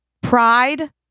pride